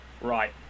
Right